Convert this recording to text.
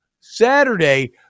Saturday